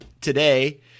today